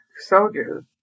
soldiers